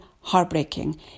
heartbreaking